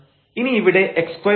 ഇനി ഇവിടെ x2 ഉണ്ട്